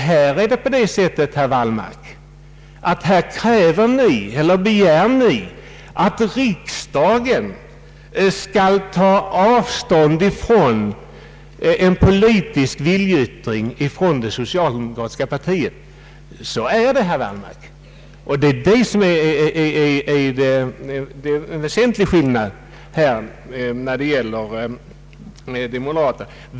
Här begär ni emellertid att riksdagen skall ta avstånd från en politisk viljeyttring från det socialdemokratiska partiet. Det är en väsentlig skillnad, herr Wallmark.